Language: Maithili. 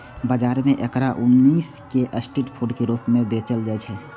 बाजार मे एकरा उसिन कें स्ट्रीट फूड के रूप मे बेचल जाइ छै